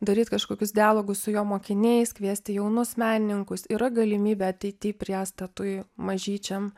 daryt kažkokius dialogus su jo mokiniais kviesti jaunus menininkus yra galimybė ateitį priestatui mažyčiam